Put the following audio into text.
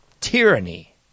tyranny